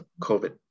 COVID